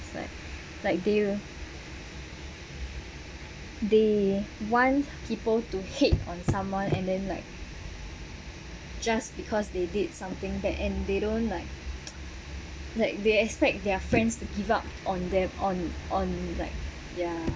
it's like like they they want people to hate on someone and then like just because they did something that and they don't like like they expect their friends to give up on them on on like ya